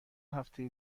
هفته